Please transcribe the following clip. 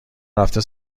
رفته